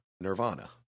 Nirvana